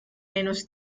menos